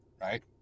right